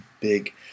big